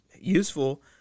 useful